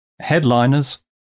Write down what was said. headliners